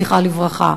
זכרה לברכה,